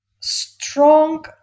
strong